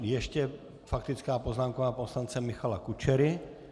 Ještě faktická poznámka pana poslance Michala Kučery.